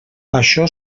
això